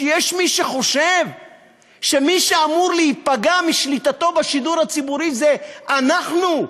שיש מי שחושב שמי שאמור להיפגע משליטתו בשידור הציבורי זה אנחנו,